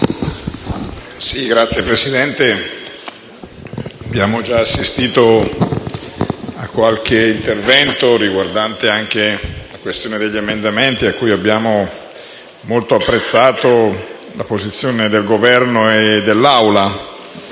Signora Presidente, abbiamo già assistito a qualche intervento, riguardante anche l'esame degli emendamenti, su cui abbiamo molto apprezzato la posizione del Governo e dell'Assemblea.